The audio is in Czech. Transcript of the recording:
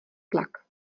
tlak